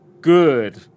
good